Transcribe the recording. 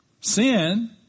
Sin